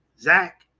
Zach